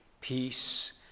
peace